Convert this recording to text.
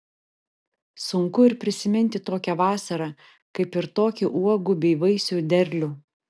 sunku ir prisiminti tokią vasarą kaip ir tokį uogų bei vaisių derlių